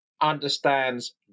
understands